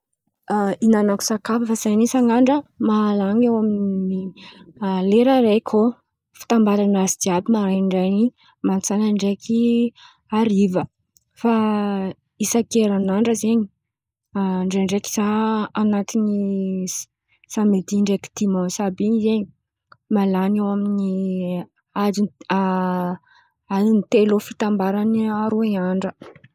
Ihinanako sakafo zen̈y isan'andra mahalan̈y eo amin̈'ny lera araiky eo fitambaran̈azy jiàby zen̈y, mantsan̈a ndraiky hariva. Fa isak'herinandra zen̈y ndraindraiky zah an̈atiny samedy ndraiky dimansy àby in̈y zen̈y malan̈y eo amin̈'ny a- a- adiny telo eo fitambarany aroe andra.